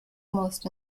most